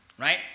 right